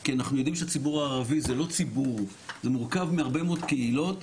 כי אנחנו יודעים שהציבור הערבי מורכב מהרבה מאוד קהילות,